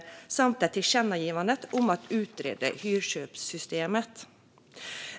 Riksdagen har även riktat ett tillkännagivande till regeringen om att utreda hyrköpssystemet.